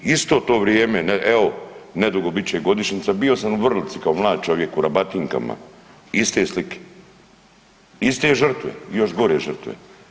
Isto to vrijeme, evo nedugo bit će godišnja bio sam u Vrlici kao mlad čovjek u rabatinkama, iste slike, iste žrtve još gore žrtve.